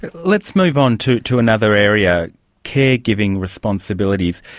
but let's move on to to another area care-giving responsibilities.